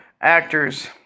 actors